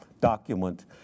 document